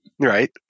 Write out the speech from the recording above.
Right